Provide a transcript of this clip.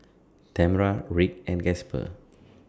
Tamra Rick and Gasper